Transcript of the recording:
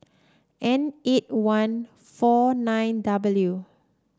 N eight one four nine W